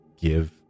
give